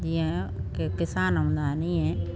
जींअ के किसान हूंदा आहिनि इएं